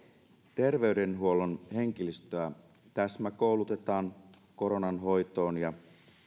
terveydenhuollon henkilöstöä täsmäkoulutetaan koronan hoitoon ja